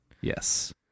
Yes